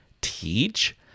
teach